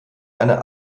einer